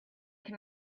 can